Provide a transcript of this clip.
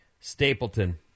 Stapleton